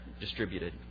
distributed